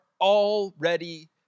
already